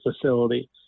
facility